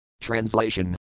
Translation